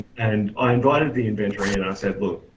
and i invited the inventor in, i said, look,